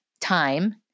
time